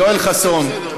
יואל חסון,